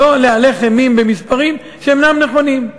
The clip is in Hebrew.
לא להלך אימים במספרים שאינם נכונים.